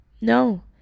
no